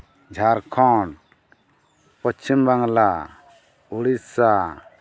Jharkhand Paschim Bangla Odisha